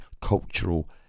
cultural